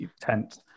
tent